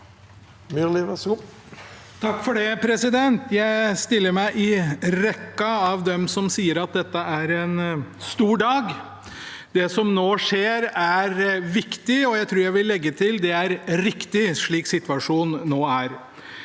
Myrli (A) Jeg stiller meg i rekken av dem som sier at dette er en stor dag. Det som nå skjer, er viktig. Jeg tror jeg vil legge til: Det er riktig, slik situasjonen nå er.